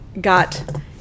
got